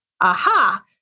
aha